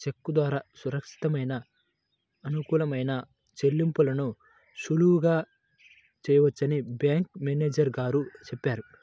చెక్కు ద్వారా సురక్షితమైన, అనుకూలమైన చెల్లింపులను సులువుగా చేయవచ్చని బ్యాంకు మేనేజరు గారు చెప్పారు